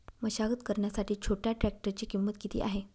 मशागत करण्यासाठी छोट्या ट्रॅक्टरची किंमत किती आहे?